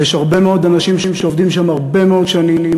ויש הרבה מאוד אנשים שעובדים שם הרבה מאוד שנים,